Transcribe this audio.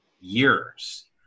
years